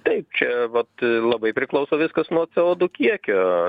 taip čia vat labai priklauso viskas nuo c o du kiekio